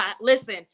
Listen